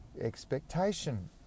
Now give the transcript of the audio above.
expectation